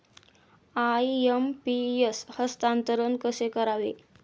IMPS हस्तांतरण कसे करावे?